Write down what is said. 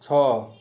ଛଅ